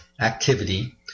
activity